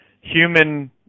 human